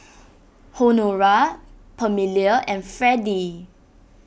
Honora Pamelia and Fredy